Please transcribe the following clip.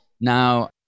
Now